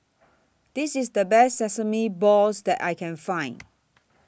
This IS The Best Sesame Balls that I Can Find